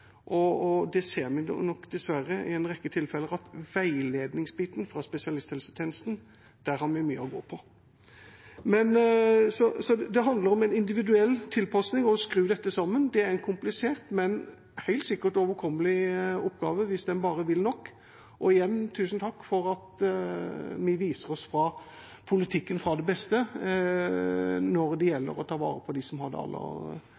vi ser nok dessverre i en rekke tilfeller at vi har mye å gå på når det gjelder veiledningsbiten i spesialisthelsetjenesten. Det handler om en individuell tilpasning og å skru dette sammen. Det er en komplisert, men helt sikkert overkommelig oppgave hvis en bare vil det nok. Og igjen: Tusen takk for at vi viser politikken fra sin beste side når det gjelder å ta vare på dem som